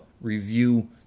review